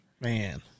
man